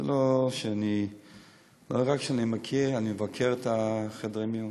לא רק שאני מכיר, אני מבקר בחדרי המיון.